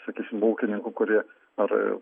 sakysim ūkininkų kurie ar